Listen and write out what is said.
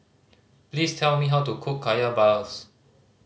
please tell me how to cook Kaya balls